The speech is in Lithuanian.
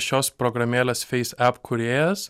šios programėlės feis ep kūrėjas